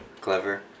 clever